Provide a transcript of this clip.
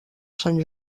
sant